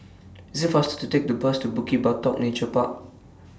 IT IS faster to Take The Bus to Bukit Batok Nature Park